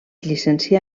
llicencià